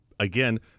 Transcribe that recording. Again